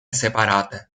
separate